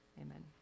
amen